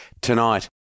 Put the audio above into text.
tonight